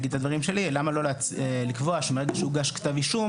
למה לא לקבוע שמרגע שהוגש כתב אישום,